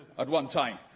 at one time.